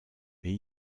mais